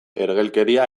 ergelkeria